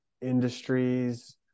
industries